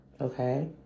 Okay